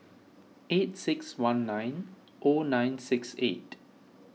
eight six one nine O nine six eight